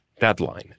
deadline